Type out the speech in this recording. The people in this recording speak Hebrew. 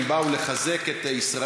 (מחיאות כפיים) הם באו לחזק את ישראל,